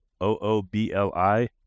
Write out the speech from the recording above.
O-O-B-L-I